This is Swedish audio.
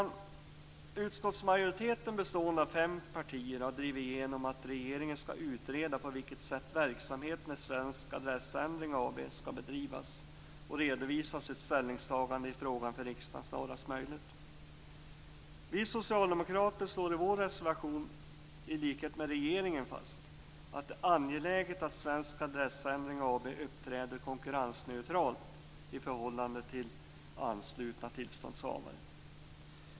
En utskottsmajoritet bestående av fem partier har drivit igenom att regeringen skall utreda på vilket sätt verksamheten i Svensk adressändring AB skall bedrivas och redovisa sitt ställningstagande i frågan för riksdagen snarast möjligt. Vi socialdemokrater slår i vår reservation i likhet med regeringen fast att det är angeläget att Svensk adressändring AB uppträder konkurrensneutralt i förhållande till anslutna tillståndshavare.